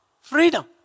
freedom